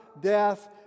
death